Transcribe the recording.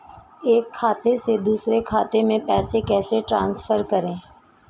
एक खाते से दूसरे खाते में पैसे कैसे ट्रांसफर करें?